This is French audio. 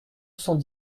cent